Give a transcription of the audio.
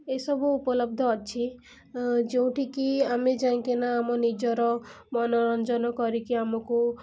ଏହିସବୁ ଉପଲବ୍ଧ ଅଛି ଯେଉଁଠିକି ଆମେ ଯାଇକିନା ଆମ ନିଜର ମନୋରଞ୍ଜନ କରିକି ଆମକୁ